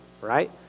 right